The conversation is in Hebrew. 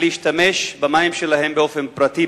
להשתמש במים שלהם באופן פרטי,